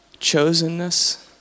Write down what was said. chosenness